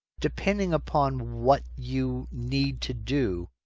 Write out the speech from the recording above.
depending upon what you need to do.